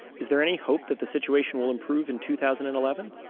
is there any hope that the situation will improve in two thousand and eleven?